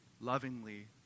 lovingly